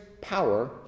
power